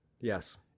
Yes